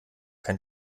kein